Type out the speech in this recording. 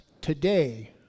today